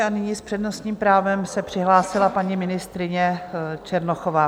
A nyní s přednostním právem se přihlásila paní ministryně Černochová.